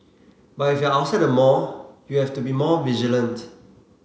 but if you are outside the mall you have to be more vigilant